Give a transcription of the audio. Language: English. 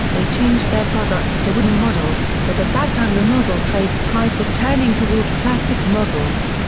they changed their products to wooden models, but at that time the model trade's tide was turning toward plastic models.